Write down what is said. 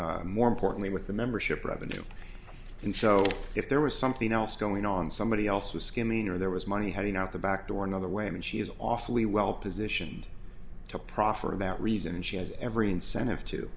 then more importantly with the membership revenue and so if there was something else going on somebody else was skimming or there was money heading out the back door another way and she is awfully well positioned to proffer about reason and she has every incentive to